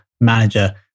Manager